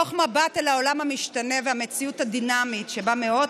מתוך מבט אל העולם המשתנה והמציאות הדינמית שבה מאות